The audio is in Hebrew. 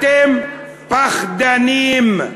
אתם פחדנים.